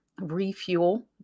Refuel